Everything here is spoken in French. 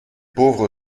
pauvres